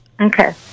Okay